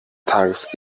tages